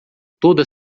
toda